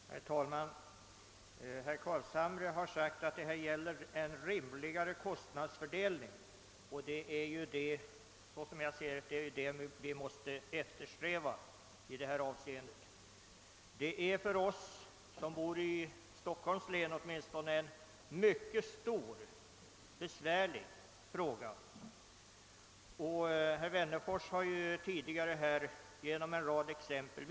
Herr talman! Herr Carlshamre yttrade att det gäller en rimligare kostnadsfördelning, och enligt min mening är det detta vi måste eftersträva. Åtminstone för oss som bor i Stockholms län rör det sig om en mycket stor och besvärlig fråga, vilket herr Wennerfors påvisat med en rad exempel.